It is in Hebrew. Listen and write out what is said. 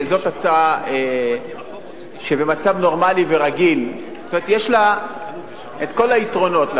זאת הצעה שבמצב נורמלי ורגיל יש לה כל היתרונות,